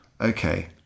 okay